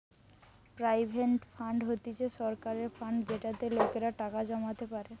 provident fund হতিছে সরকারের fund যেটাতে লোকেরা টাকা জমাতে পারে